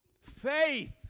Faith